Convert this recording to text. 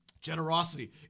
Generosity